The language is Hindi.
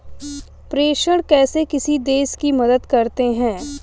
प्रेषण कैसे किसी देश की मदद करते हैं?